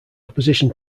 opposition